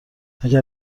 اگر